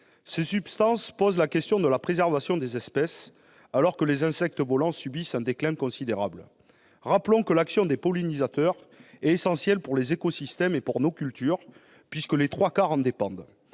Ces substances mettent en question la préservation des espèces, alors que les populations d'insectes volants connaissent un déclin considérable. Rappelons que l'action des pollinisateurs est essentielle pour les écosystèmes et pour nos cultures, puisque les trois quarts de